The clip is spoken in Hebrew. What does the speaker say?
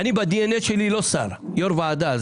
אני ב-DNA שלי אני לא שר אלא יושב ראש ועדה.